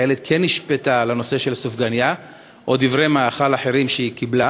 החיילת כן נשפטה על הנושא של הסופגנייה או דברי מאכל אחרים שהיא קיבלה.